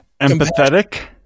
empathetic